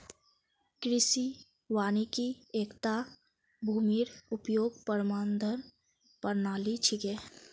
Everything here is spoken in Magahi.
कृषि वानिकी एकता भूमिर उपयोग प्रबंधन प्रणाली छिके